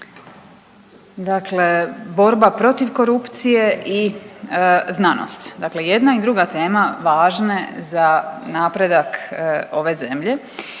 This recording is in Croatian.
dakle borba protiv korupcije i znanost, dakle i jedna i druga tema važne za napredak ove zemlje